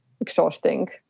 exhausting